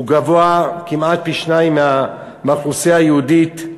הוא גבוה כמעט פי-שניים מבאוכלוסייה היהודית,